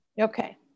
Okay